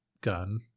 gun